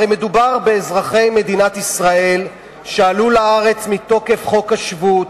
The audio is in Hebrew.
הרי מדובר באזרחי מדינת ישראל שעלו לארץ מתוקף חוק השבות,